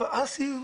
האסי,